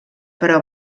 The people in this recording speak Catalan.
però